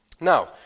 Now